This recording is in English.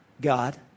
God